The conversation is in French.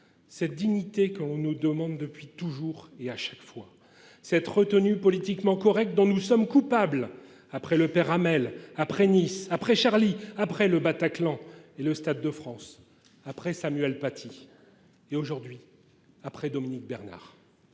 Cette dignité que l’on nous demande depuis toujours et à chaque fois ; cette retenue politiquement correcte dont nous sommes coupables après le père Hamel, après Nice, après, après le Bataclan et le Stade de France, après Samuel Patty et, aujourd’hui, après Dominique Bernard.